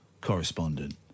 correspondent